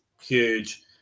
huge